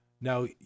Now